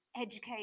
educate